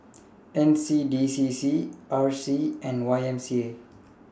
N C D C C R C and Y M C A